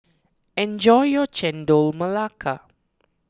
enjoy your Chendol Melaka